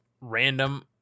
random